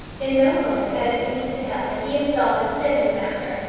in no moment had it seemed to him that he himself had sinned in the matter,